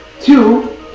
Two